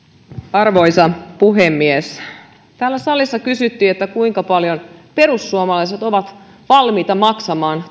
arvoisa puhemies täällä salissa kysyttiin kuinka paljon perussuomalaiset ovat valmiita maksamaan